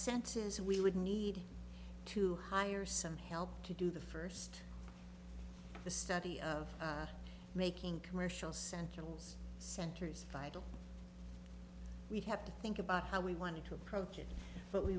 sense is we would need to hire some help to do the first the study of making commercial centrals centers vital we have to think about how we wanted to approach it but we